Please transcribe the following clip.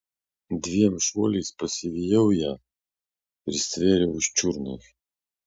dviem šuoliais pasivijau ją ir stvėriau už čiurnos